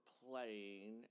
playing